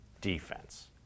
defense